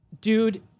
Dude